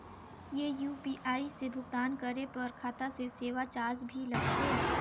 ये यू.पी.आई से भुगतान करे पर खाता से सेवा चार्ज भी लगथे?